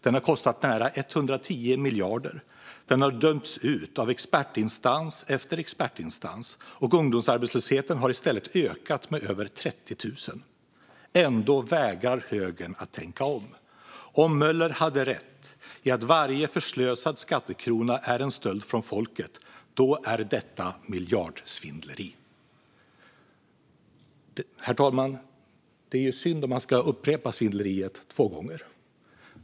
Den har kostat nära 110 miljarder. Den har dömts ut av expertinstans efter expertinstans, och ungdomsarbetslösheten har i stället ökat med över 30 000. Ändå vägrar högern att tänka om. Om Möller hade rätt i att varje förslösad skattekrona är en stöld från folket är detta miljardsvindleri. Herr talman! Det är synd om man ska upprepa svindleriet två gånger.